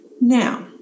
Now